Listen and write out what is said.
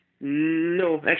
No